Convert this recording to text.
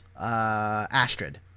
Astrid